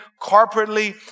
corporately